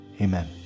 amen